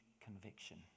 conviction